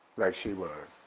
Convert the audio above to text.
like she was.